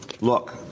look